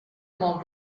molt